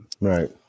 Right